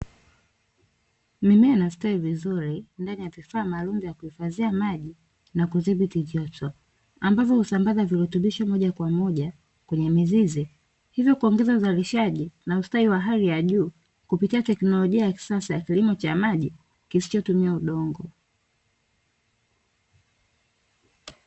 Mimea inastawi vizuri ndani ya vifaa maalum vya kuhifadhia maji na kudhibiti joto, ambavo husambaza virutubisho moja kwa moja kwenye mizizi. Hivyo kuongeza uzalishaji na ustawi wa hali ya juu, kupitia teknolojia ya kisasa ya kilimo cha maji kisichotumia udongo.